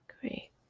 Great